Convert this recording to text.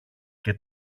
και